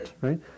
right